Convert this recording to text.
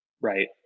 right